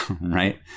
right